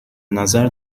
نظر